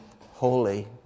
holy